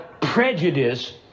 prejudice